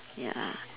ya